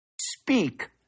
Speak